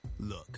Look